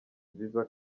visa